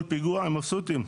כל פיגוע הם מבסוטים,